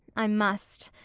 i must.